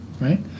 right